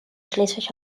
schleswig